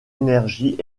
énergie